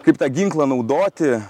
kaip tą ginklą naudoti